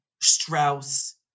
Strauss